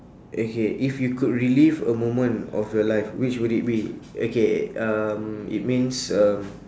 okay if you could relive a moment of your life which would it be okay um it means uh